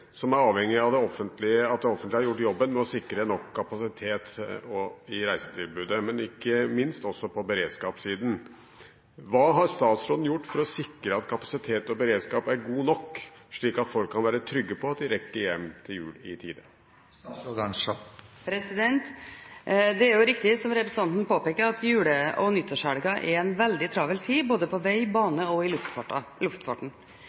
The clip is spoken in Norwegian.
som er avhengige av at det offentlige har gjort jobben med å sikre nok kapasitet i reisetilbud, men også, ikke minst, på beredskapssiden. Hva har statsråden gjort for å sikre at kapasitet og beredskap er god nok, slik at folk kan være trygge på at de rekker hjem i tide til jul?» Det er riktig som representanten påpeker, at jule- og nyttårshelgen er en veldig travel tid, både på vei, på bane og i luftfarten.